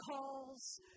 calls